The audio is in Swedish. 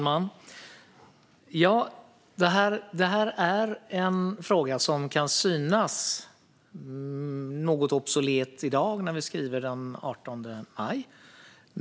Fru talman! Det här är en fråga som kan synas något obsolet i dag när vi skriver den 18 maj.